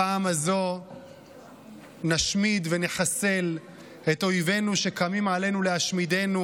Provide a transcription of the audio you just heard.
הפעם הזו נשמיד ונחסל את אויבינו שקמים עלינו להשמידנו.